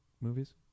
movies